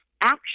action